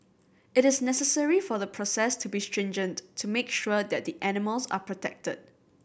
it is necessary for the process to be stringent to make sure that the animals are protected